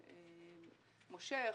מושך.